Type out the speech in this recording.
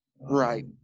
Right